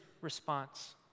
response